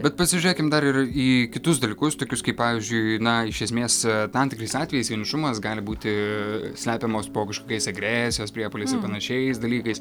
bet pasižiūrėkim dar ir į kitus dalykus tokius kaip pavyzdžiui na iš esmės tam tikrais atvejais vienišumas gali būti slepiamos po kažkokiais agresijos priepuoliais ir panašiais dalykais